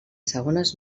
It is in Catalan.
segones